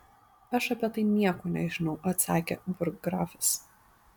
aš apie tai nieko nežinau atsakė burggrafas